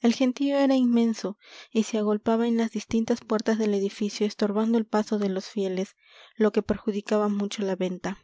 el gentío era inmenso y se agolpaba en las distintas puertas del edificio estorbando el paso de los fieles lo que perjudicaba mucho la venta